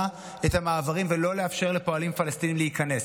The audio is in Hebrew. את המעברים ולא לאפשר לפועלים פלסטינים להיכנס?